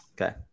Okay